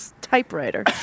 typewriter